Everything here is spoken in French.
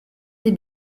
des